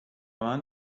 مند